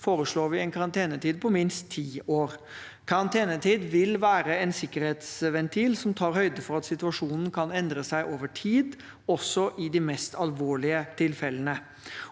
foreslår vi en karantenetid på minst ti år. Karantenetid vil være en sikkerhetsventil som tar høyde for at situasjonen kan endre seg over tid, også i de mest alvorlige tilfellene.